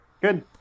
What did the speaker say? Good